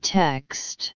text